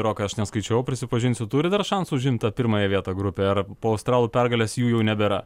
rokai aš neskaičiavau prisipažinsiu turi dar šansų užimt tą pirmąją vietą grupėje ar po australų pergalės jų jau nebėra